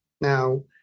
Now